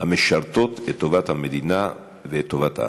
המשרתות את טובת המדינה ולטובת העם.